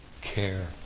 care